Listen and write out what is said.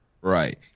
right